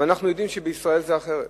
אבל אנחנו יודעים שבישראל זה אחרת,